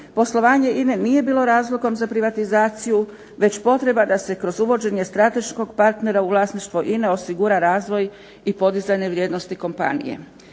poslovanje INA-e nije bilo razlogom za privatizaciju već potreba da se kroz uvođenje strateškog partnera u vlasništvo INA-e osigura razvoj i podizanje vrijednosti kompanije.